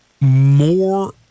more